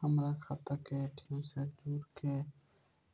हमार खाता के पेटीएम से जोड़ के